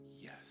yes